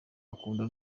akunda